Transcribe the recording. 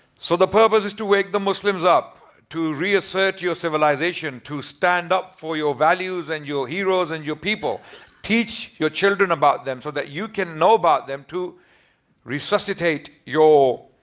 so the purpose is to wake the muslims up. to reassert your civilization to stand up for your values and your heroes and your people teach your children about them so that you can know about them to resuscitate your